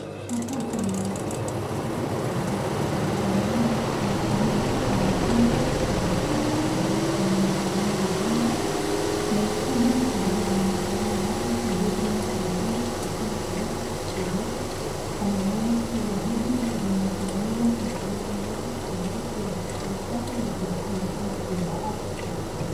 Hapa ni maeneo ya hospitali ambao ni hospitali ya meno na tunaona hapa kuna mgonjwa na daktari ambaye anamtasama mgonjwa na huduma ambazo zinapeanwa hapa ni huduma za bure hakuna kulipa kitu yoyote kwa maana hizo huduma zimesimamiwa na shirika moja ambalo si la kiserikali inajulikana kama kinga Africa.